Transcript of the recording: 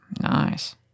Nice